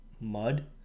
Mud